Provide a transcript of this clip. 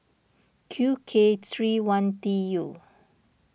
Q K three one T U